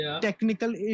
technical